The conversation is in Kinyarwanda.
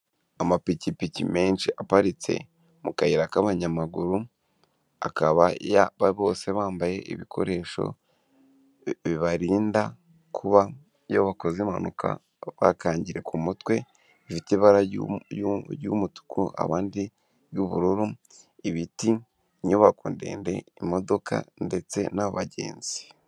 Amapikipiki menshi aparitse mu kayira k'abanyamaguru, akaba bose bambaye ibikoresho bibarinda kuba iyokoze impanuka bakangirika umutwe, bifite ibara ry'umutuku abandi ry'ubururu, ibiti, nyubako ndende, imodoka ndetse n'abagenzi.